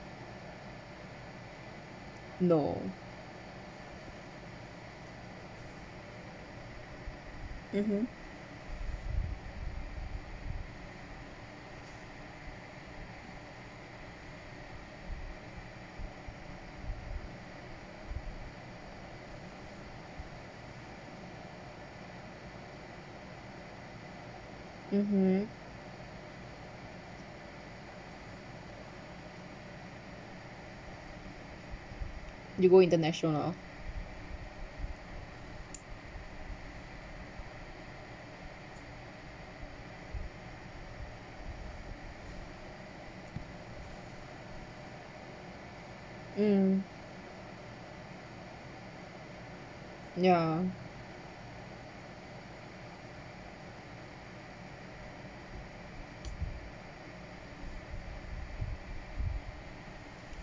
no mmhmm mmhmm you go international mm ya